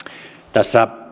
tässä